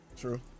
true